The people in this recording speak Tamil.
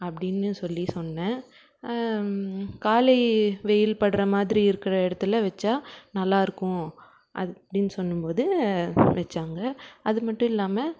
அப்படினு சொல்லி சொன்னேன் காலை வெயில் படுகிற மாதிரி இருக்கிற இடத்துல வச்சால் நல்லாயிருக்கும் அப்படினு சொல்லும்போது வச்சாங்க அது மட்டும் இல்லாமல்